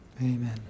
Amen